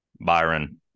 Byron